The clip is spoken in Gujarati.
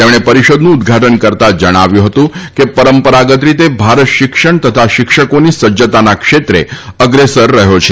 તેમણે પરિષદનું ઉદ્ઘાટન કરતા જણાવ્યું હતું કે પરંપરાગત રીતે ભારત શિક્ષણ તથા શિક્ષકોની સજ્જતાના ક્ષેત્રે અગ્રેસર રહ્યો છે